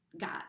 God